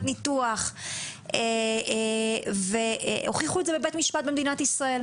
ניתוח והוכיחו את זה בבית משפט במדינת ישראל,